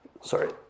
sorry